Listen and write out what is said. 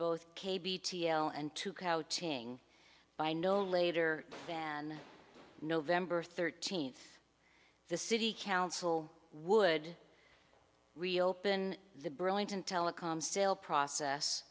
both k b t l and to coaching by no later than november thirteenth the city council would reopen the burlington telecom sale process